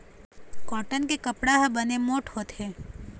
cotton के कपड़ा ह बने मोठ्ठ होथे